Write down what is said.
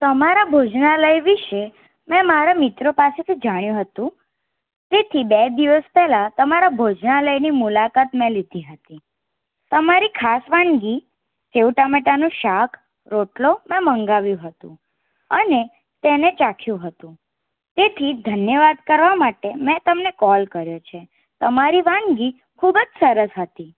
તમારા ભોજનાલય વિશે મેં મારા મિત્રો પાસેથી જાણ્યું હતું તેથી બે દિવસ પહેલાં તમારા ભોજનાલયની મુલાકાત મેં લીધી હતી તમારી ખાસ વાનગી સેવ ટામેટાનું શાક રોટલો મેં મગાવ્યું હતું અને તેને ચાખ્યું હતું તેથી ધન્યવાદ કરવા માટે મેં તમને કોલ કર્યો છે તમારી વાનગી ખૂબ જ સરસ હતી